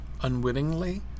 unwittingly